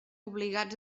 obligats